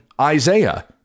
Isaiah